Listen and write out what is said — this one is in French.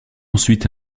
ensuite